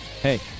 Hey